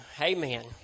Amen